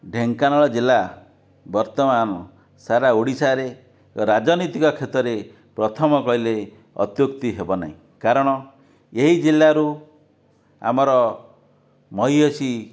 ଢେଙ୍କାନାଳ ଜିଲ୍ଲା ବର୍ତ୍ତମାନ ସାରା ଓଡ଼ିଶାରେ ରାଜନୀତିକ କ୍ଷେତ୍ରରେ ପ୍ରଥମ କହିଲେ ଅତ୍ୟୁକ୍ତି ହେବ ନାହିଁ କାରଣ ଏହି ଜିଲ୍ଲାରୁ ଆମର ମହିୟସୀ